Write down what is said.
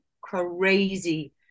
crazy